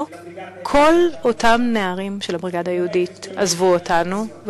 לא כל אותם הנערים של הבריגדה היהודית עזבו אותנו,